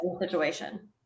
situation